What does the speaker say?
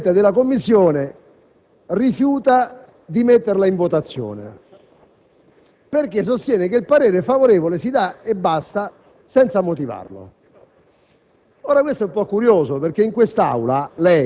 il Presidente della Commissione rifiuta di metterla in votazione perché sostiene che il parere favorevole va solo espresso, senza bisogno